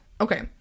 Okay